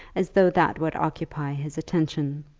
as though that would occupy his attention.